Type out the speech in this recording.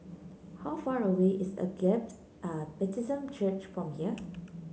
how far away is Agape a Baptist Church from here